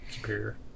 superior